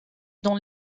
dans